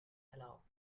aloft